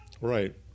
right